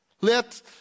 Let